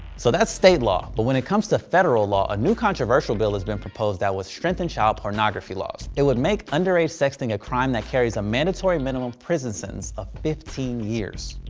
so that's state law, but when it comes to federal law, a new controversial bill has been proposed that will strengthen child pornography laws. it would make underage sexting a crime that carries a mandatory minimum prison sentence of fifteen years.